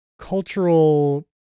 cultural